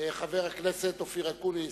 חבר הכנסת אופיר אקוניס,